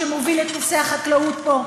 שמוביל את נושא החקלאות פה,